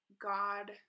God